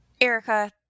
Erica